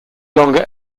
longer